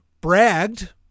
bragged